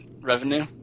revenue